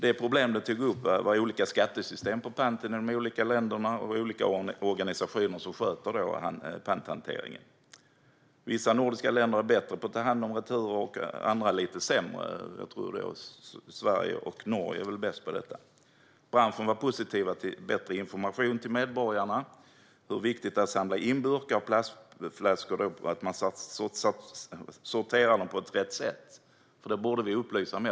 De problem de tog upp var olika skattesystem på panten i de olika länderna och att olika organisationer sköter panthanteringen. Vissa nordiska länder är bättre på att ta hand om returer och andra är lite sämre. Jag tror att Sverige och Norge är bäst på detta. Branschen var positiv till bättre information till medborgarna om hur viktigt det är att samla in burkar och plastflaskor och att man sorterar dem på rätt sätt. Det borde vi upplysa om.